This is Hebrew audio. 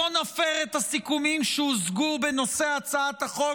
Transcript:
בואו נפר את הסיכומים שהושגו בנושא הצעת החוק